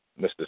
Mr